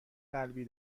قلبی